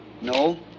No